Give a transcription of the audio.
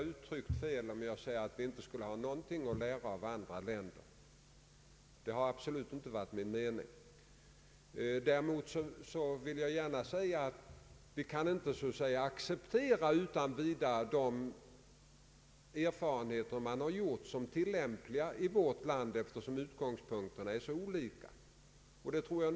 regionalpolitiken uttryckt mig fel om jag sagt att vi inte skulle ha något att lära av andra länder; det har absolut inte varit min mening. Däremot vill jag gärna säga att vi inte utan vidare kan i vårt land tillämpa de erfarenheter man gjort i vissa andra länder, eftersom utgångspunkterna är så olika.